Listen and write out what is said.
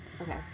Okay